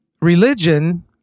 Religion